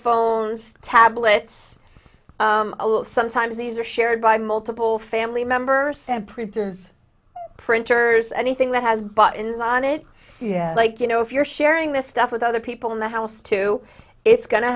phones tablets a lot sometimes these are shared by multiple family member sam printers printers anything that has buttons on it yeah like you know if you're sharing this stuff with other people in the house too it's go